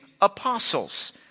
apostles